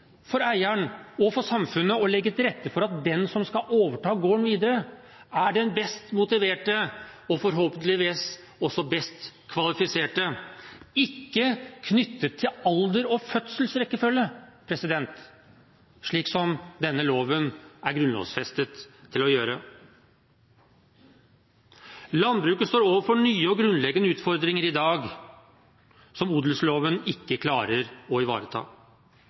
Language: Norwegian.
for eieren og for samfunnet å legge til rette for at den som skal overta gården, er den best motiverte og forhåpentligvis også best kvalifiserte – ikke knyttet til alder og fødselsrekkefølge, slik denne loven er grunnlovfestet til å gjøre. Landbruket står overfor nye og grunnleggende utfordringer i dag som odelsloven ikke klarer å ivareta.